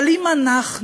אבל אם אנחנו,